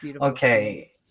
Okay